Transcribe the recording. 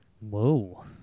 Whoa